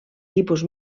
tipus